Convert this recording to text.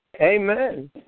Amen